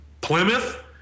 Plymouth